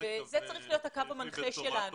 זה צריך להיות הקו המנחה שלנו.